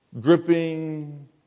Gripping